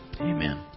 Amen